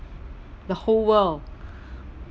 the whole world